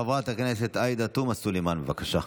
חברת הכנסת עאידה תומא סלימאן, בבקשה.